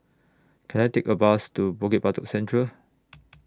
Can I Take A Bus to Bukit Batok Central